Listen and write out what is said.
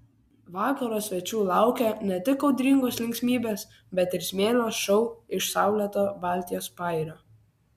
vakaro svečių laukė ne tik audringos linksmybės bet ir smėlio šou iš saulėto baltijos pajūrio